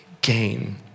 gain